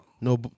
No